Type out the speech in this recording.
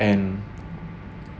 and